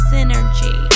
Synergy